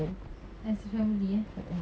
as a family eh